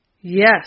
Yes